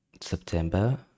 september